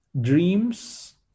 dreams